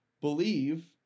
believe